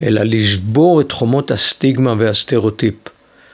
אלא לשבור את חומות הסטיגמה והסטראיוטיפ.